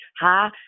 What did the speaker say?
Hi